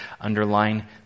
underline